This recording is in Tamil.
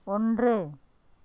ஒன்று